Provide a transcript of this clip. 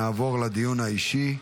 נעבור לדיון האישי.